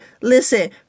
listen